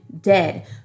dead